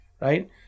right